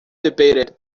debated